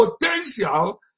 potential